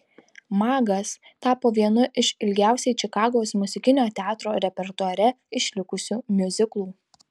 magas tapo vienu iš ilgiausiai čikagos muzikinio teatro repertuare išlikusių miuziklų